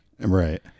right